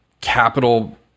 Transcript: capital